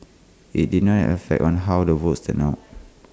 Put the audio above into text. IT did not have an effect on how the votes turned out